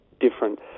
different